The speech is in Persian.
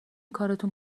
کارتون